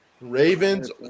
Ravens